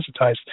desensitized